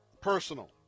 personal